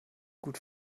gut